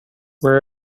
where